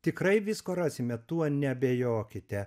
tikrai visko rasime tuo neabejokite